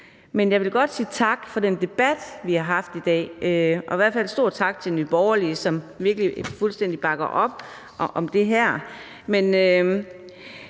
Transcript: Jeg vil godt sige tak for den debat, vi har haft i dag. I hvert fald en stor tak til Nye Borgerlige, som virkelig fuldstændig bakker op om det her.